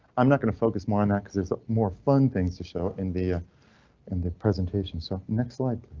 i'm not going to focus more on that cause there's more fun things to show in the in the presentation. so next like,